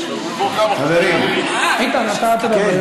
חברים, איתן, אתה תדבר.